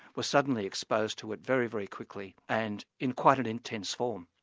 were suddenly exposed to it very, very quickly and in quite an intense form.